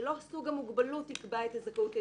שלא סוג המוגבלות יקבע את הזכאות לליווי,